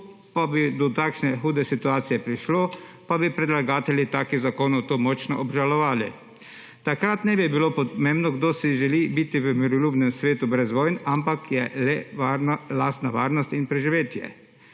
ko bi do takšne hude situacije prišlo, pa bi predlagatelji takih zakonov to močno obžalovali. Takrat ne bi bilo pomembno, kdo si želi biti v miroljubnem svetu brez vojn, ampak le lastna varnost in preživetje.